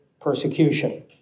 persecution